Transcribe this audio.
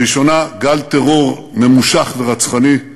הראשונה, גל טרור ממושך ורצחני,